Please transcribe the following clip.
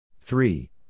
three